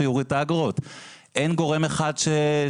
שיוריד את האגרות.״ אין גורם אחד שמתווך,